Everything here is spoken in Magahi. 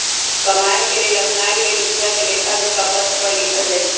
कमाए के लेल अपनाएल गेल उपायके लेखाजोखा पत्र पर लिखल जाइ छइ